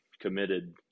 committed